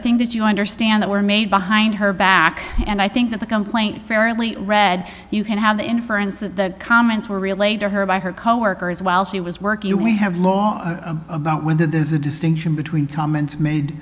think that you understand that were made behind her back and i think the complaint fairly read you can have the inference that the comments were relayed to her by her coworkers while she was working we have laws about whether there's a distinction between comments made